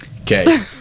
Okay